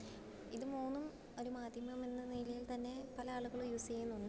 ഇത് മൂന്നും ഒരു മാധ്യമമെന്ന നിലയിൽ തന്നെ പല ആളുകളും യൂസ് ചെയ്യുന്നുണ്ട്